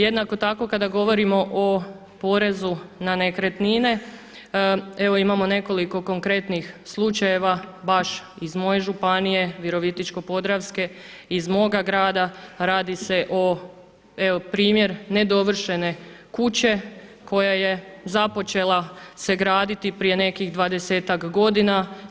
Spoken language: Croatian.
Jednako tako kada govorimo o porezu na nekretnine evo imamo nekoliko konkretnih slučajeva baš iz moje županije Virovitičko-podravske, iz moga grada, radi se o evo primjer nedovršene kuće koja se započela graditi prije nekih dvadesetak godina.